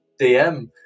DM